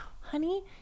honey